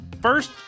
First